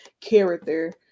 character